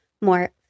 more